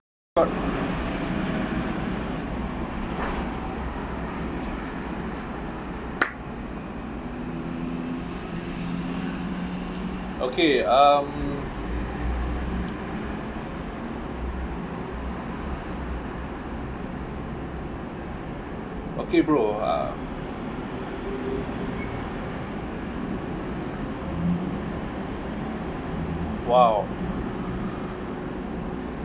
okay um okay bro !wow!